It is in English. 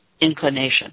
inclination